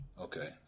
Okay